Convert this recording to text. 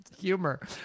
humor